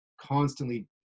constantly